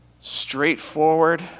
straightforward